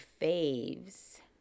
faves